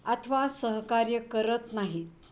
अथवा सहकार्य करत नाहीत